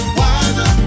wiser